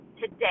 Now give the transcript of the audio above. today